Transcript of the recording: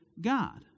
God